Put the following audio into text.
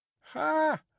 Ha